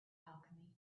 alchemy